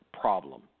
problem